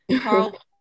Carl